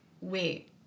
wait